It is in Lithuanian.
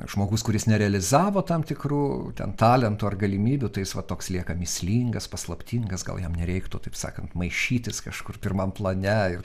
žmogus kuris nerealizavo tam tikrų ten talentų ar galimybių tai jis va toks lieka mįslingas paslaptingas gal jam nereiktų taip sakant maišytis kažkur pirmam plane ir